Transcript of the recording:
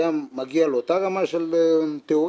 היה מגיע לאותה רמה של תאורה,